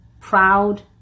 Proud